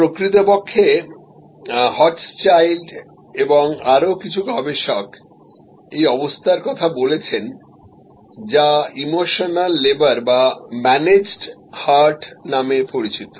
প্রকৃতপক্ষে হচসচাইল্ড এবং আরও কিছু গবেষক এই অবস্থার কথা বলেছেন যা ইমোশনাল লেবার বা ম্যানেজড হার্ট নামে পরিচিত